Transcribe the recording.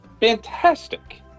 Fantastic